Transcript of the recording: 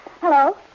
Hello